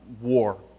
war